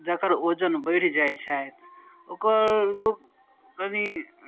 जकर वजन बढि जाइ छथि ओकर लोक कनी